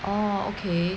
oh okay